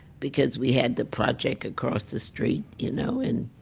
because we had the project across the street. you know and